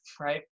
Right